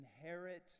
Inherit